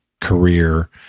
career